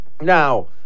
Now